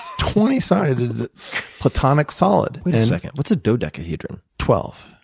twenty sided platonic solid. wait a second. what's a dodecahedron? twelve.